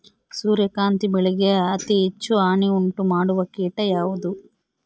ಸೂರ್ಯಕಾಂತಿ ಬೆಳೆಗೆ ಅತೇ ಹೆಚ್ಚು ಹಾನಿ ಉಂಟು ಮಾಡುವ ಕೇಟ ಯಾವುದು?